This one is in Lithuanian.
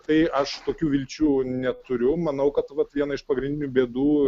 tai aš tokių vilčių neturiu manau kad vat viena iš pagrindinių bėdų